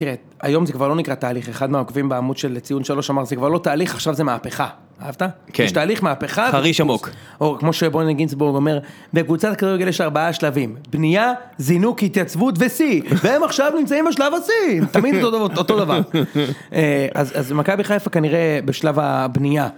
תראה, היום זה כבר לא נקרא תהליך, אחד מהעוקבים בעמוד של ציון שלוש אמר שזה כבר לא תהליך, עכשיו זה מהפכה, אהבת? יש תהליך, מהפכה, חריש עמוק, או כמו שבוני גינסבורג אומר, בקבוצת הכדורגל יש ארבעה שלבים, בנייה, זינוק, התייצבות ושיא, והם עכשיו נמצאים בשלב השיא, תמיד אותו דבר. אז אז מכבי חיפה כנראה בשלב הבנייה.